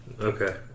Okay